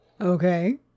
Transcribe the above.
okay